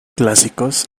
clásicos